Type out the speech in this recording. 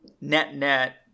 net-net